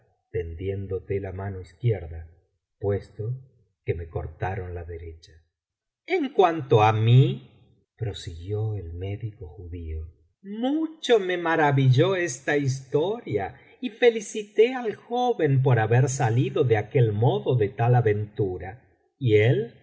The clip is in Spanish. la mano izquierda puesto que me cortaron la derecha en cuanto á mí prosiguió el médico judío mucho me maravilló esta historia y felicité al joven por haber salido de aquel modo de tal aventura y él